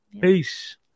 Peace